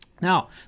Now